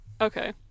Okay